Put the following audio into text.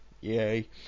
Yay